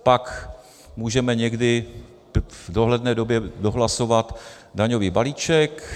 Pak můžeme někdy v dohledné době dohlasovat daňový balíček.